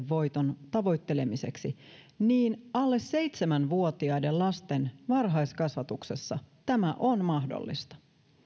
voiton tavoittelemiseksi niin alle seitsemän vuotiaiden lasten varhaiskasvatuksessa tämä on mahdollista